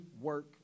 work